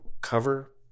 cover